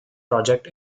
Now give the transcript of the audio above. project